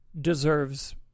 deserves